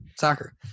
Soccer